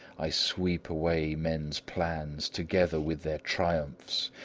i sweep away men's plans together with their triumphs,